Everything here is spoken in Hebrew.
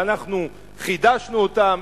ואנחנו חידשנו אותם,